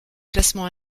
classement